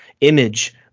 Image